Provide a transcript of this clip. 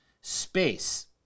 space